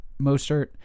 Mostert